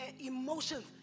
emotions